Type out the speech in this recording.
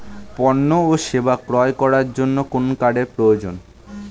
পণ্য ও সেবা ক্রয় করার জন্য কোন কার্ডের প্রয়োজন?